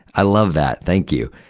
i love that. thank you.